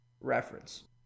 reference